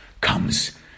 comes